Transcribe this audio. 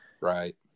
Right